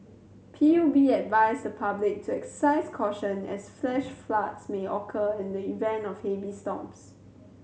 P U B advised the public to exercise caution as flash floods may occur in the event of heavy storms